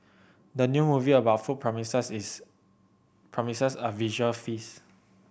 the new movie about food promises is promises a visual feast